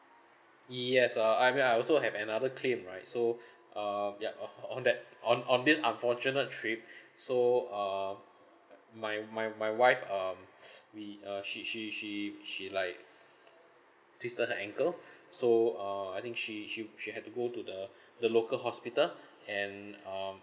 yes uh I mean I also have another claim right so um ya on on that on on this unfortunate trip so err uh my my my wife um we uh she she she she like twisted her ankle so err I think she she she had to go to the the local hospital and um